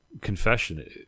confession